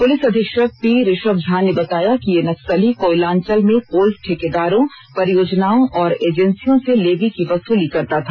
police अधीक्षक P Rishabh Jha ने बताया कि ये नक्सली कोयलांचल में कोल ठेकेदारों परियोजनाओं और एजेंसियों से लेवी की वसूली करता था